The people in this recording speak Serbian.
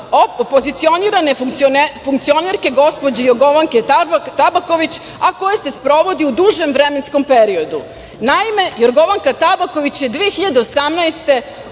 pozicionirane funkcionerke gospođe Jorgovanke Tabaković, a koje se sprovodi u dužem vremenskom periodu. Naime, Jorgovanka Tabaković je 2018.